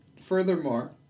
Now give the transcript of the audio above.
furthermore